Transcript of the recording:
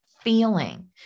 feeling